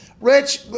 Rich